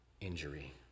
injury